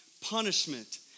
punishment